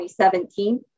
2017